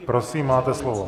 Prosím, máte slovo.